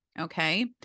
Okay